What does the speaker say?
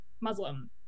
Muslim